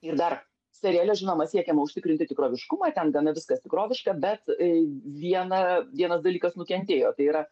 ir dar seriale žinoma siekiama užtikrinti tikroviškumą ten gana viskas tikroviška bet vieną vienas dalykas nukentėjo tai yra